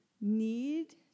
need